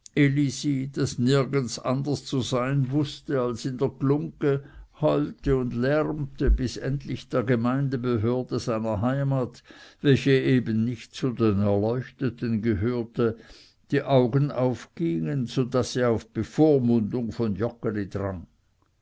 nirgends anders zu sein wußte als in der glungge heulte und lärmte bis endlich der gemeindebehörde seiner heimat welche eben nicht zu den erleuchteten gehörte die augen aufgingen so daß sie auf bevormundung von joggeli drang